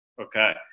Okay